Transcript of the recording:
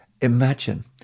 Imagine